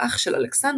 הפטריארך של אלכסנדריה,